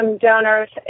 donors